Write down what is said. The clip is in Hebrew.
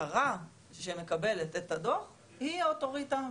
שרה שמקבלת את הדוח, היא האוטוריטה.